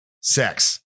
sex